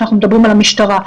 כשאנחנו מדברים על המשטרה.